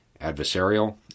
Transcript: adversarial